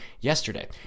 yesterday